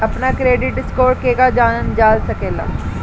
अपना credit score केगा जानल जा सकेला?